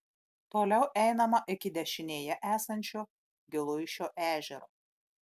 toliau einama iki dešinėje esančio giluišio ežero